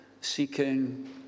seeking